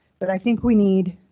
but i think we need.